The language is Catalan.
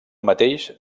mateix